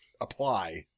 apply